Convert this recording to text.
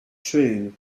true